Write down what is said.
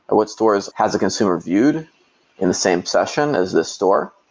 what stores has a consumer viewed in the same session as this store?